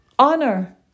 Honor